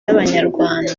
y’abanyarwanda